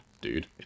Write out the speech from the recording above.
dude